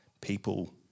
people